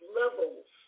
levels